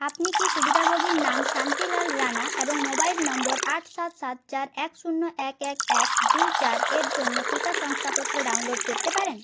আপনি কি সুবিধাভোগীর নাম শান্তিলাল রানা এবং মোবাইল নম্বর আট সাত সাত চার এক শূন্য এক এক এক দুই চার এর জন্য টিকা শংসাপত্র ডাউনলোড করতে পারেন